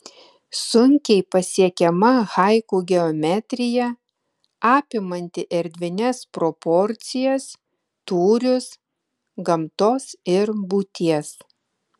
sunkiai pasiekiama haiku geometrija apimanti erdvines proporcijas tūrius gamtos ir būties